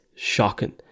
Shocking